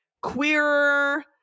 queerer